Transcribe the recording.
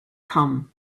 come